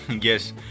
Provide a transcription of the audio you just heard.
Yes